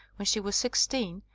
when she was sixteen,